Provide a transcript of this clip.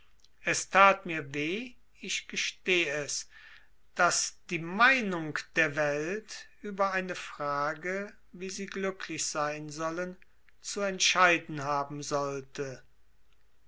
es tat mir weh ich gesteh es daß die meinung der welt über eine frage wie sie glücklich sein sollen zu entscheiden haben sollte